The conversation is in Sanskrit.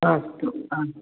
अस्तु अस्तु